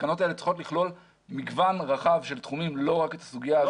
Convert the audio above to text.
התקנות האלה צריכות לכלול מגוון רחב של תחומים ולא רק את הסוגיה הזאת.